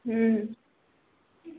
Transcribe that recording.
हूँ